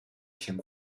情况